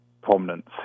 prominent